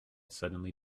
suddenly